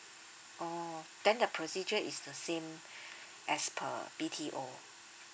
oh then the procedure is the same as per B_T_O